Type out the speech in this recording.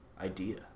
idea